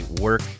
work